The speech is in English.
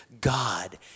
God